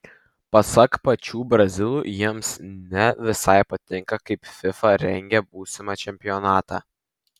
pasak pačių brazilų jiems ne visai patinka kaip fifa rengia būsimą čempionatą